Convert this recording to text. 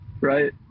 right